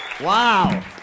Wow